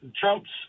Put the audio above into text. Trump's